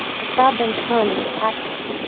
the crowd then turned and attacked him,